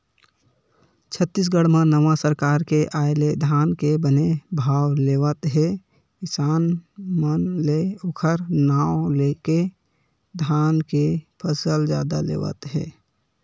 छत्तीसगढ़ म नवा सरकार के आय ले धान के बने भाव लेवत हे किसान मन ले ओखर नांव लेके धान के फसल जादा लेवत हे